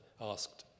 asked